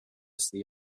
see